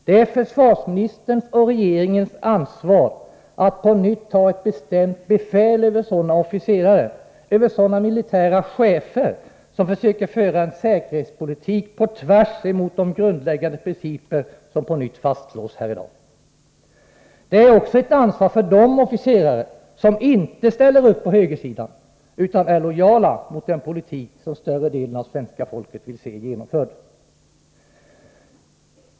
Det är försvarsministerns och regeringens ansvar att på nytt ta ett bestämt befäl över sådana officerare, över sådana militära chefer, som försöker föra en säkerhetspolitik på tvärs emot de grundläggande principer som på nytt fastslås här i dag. Det är också ett ansvar för de officerare som inte ställer upp på högersidan utan är lojala mot den politik som större delen av svenska folket vill se genomförd.